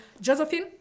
josephine